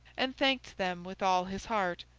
and thanked them with all his heart.